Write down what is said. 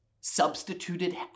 substituted